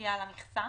בנוגע למכסה.